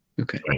Okay